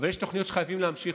אבל יש תוכניות שחייבים להמשיך.